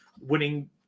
winning